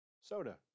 Soda